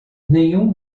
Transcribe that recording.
nenhum